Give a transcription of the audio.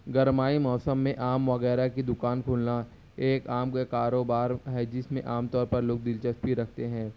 گرمائی موسم میں آم وغیرہ کی دکان کھولنا ایک آم کا کاروبار ہے جس میں عام طور پر لوگ دلچسپی رکھتے ہیں